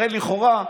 הרי לכאורה,